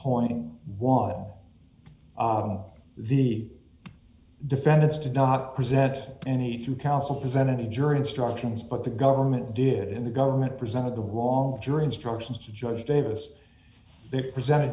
point while ob the defendants did not present any through counsel present any jury instructions but the government did and the government presented the wall jury instructions to judge davis they present